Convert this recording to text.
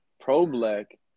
pro-black